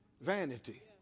Vanity